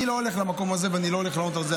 אני לא הולך למקום הזה ואני לא הולך לענות על זה,